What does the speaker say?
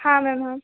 हाँ मैम हाँ